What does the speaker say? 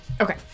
Okay